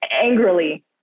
Angrily